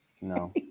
No